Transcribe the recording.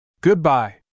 Goodbye